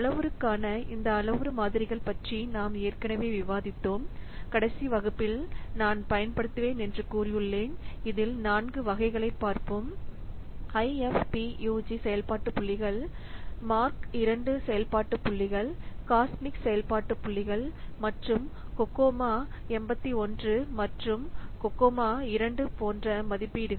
அளவுருக்கான இந்த அளவுரு மாதிரிகள் பற்றி நாம் ஏற்கனவே விவாதித்தோம் கடைசி வகுப்பில் நான் பயன்படுத்துவேன் என்று கூறியுள்ளேன் இதில் 4 வகைகளைப் பார்ப்போம் ஐஎஃப்பியுஜி செயல்பாட்டு புள்ளிகள் மார்க் II செயல்பாட்டு புள்ளிகள் காஸ்மிக் செயல்பாட்டு புள்ளிகள் மற்றும் கோகோமோ81 மற்றும் கோகோமோ II போன்ற மதிப்பீடுகள்